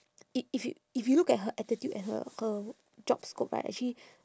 i~ if you if you look at her attitude and her her job scope right actually